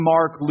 Mark